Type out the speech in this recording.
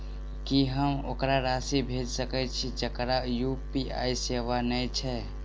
की हम ओकरा राशि भेजि सकै छी जकरा यु.पी.आई सेवा नै छै?